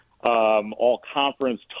all-conference